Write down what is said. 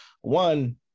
one